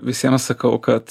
visiems sakau kad